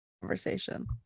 conversation